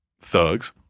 thugs